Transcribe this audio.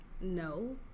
no